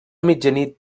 mitjanit